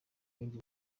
ibindi